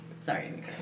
Sorry